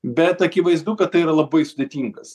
bet akivaizdu kad tai yra labai sudėtingas